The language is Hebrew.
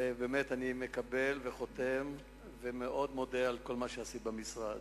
ואני מקבל וחותם ומאוד מודה לך על כל מה שעשית במשרד.